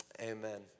amen